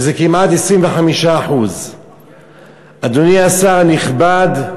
שזה כמעט 25%. אדוני השר הנכבד,